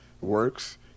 works